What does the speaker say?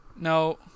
No